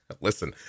Listen –